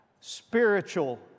Spiritual